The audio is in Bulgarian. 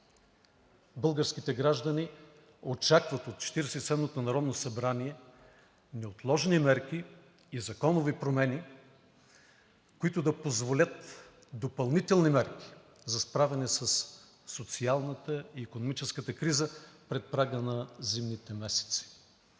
Българските граждани очакват от Четиридесет и седмото народно събрание неотложни мерки и законови промени, които да позволят допълнителни мерки за справяне със социалната и икономическата криза пред прага на зимните месеци.